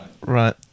Right